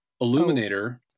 Illuminator